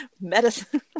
medicine